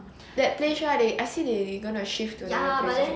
that place right they ask you to you gonna shift the